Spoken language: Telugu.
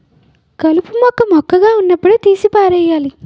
కలుపు మొక్క మొక్కగా వున్నప్పుడే తీసి పారెయ్యాలి